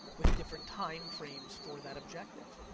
with different time frames for that objective.